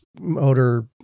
motor